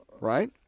right